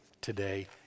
today